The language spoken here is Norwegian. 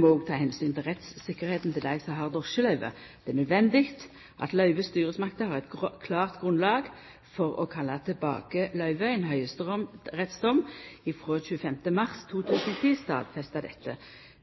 må òg ta omsyn til rettstryggleiken til dei som har drosjeløyve. Det er naudsynt at løyvestyresmakta har eit klart grunnlag for å kalla tilbake løyve. Ein høgsterettsdom frå 25. mars 2010 stadfestar dette.